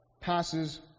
passes